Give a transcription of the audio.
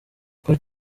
uko